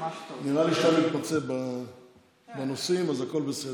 נראה לי שאתה מתמצא בנושאים, אז הכול בסדר.